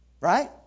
Right